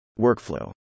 Workflow